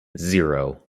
zero